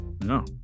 no